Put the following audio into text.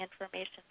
information